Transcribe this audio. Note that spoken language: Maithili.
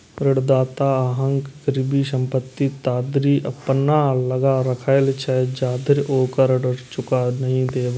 ऋणदाता अहांक गिरवी संपत्ति ताधरि अपना लग राखैत छै, जाधरि ओकर ऋण चुका नहि देबै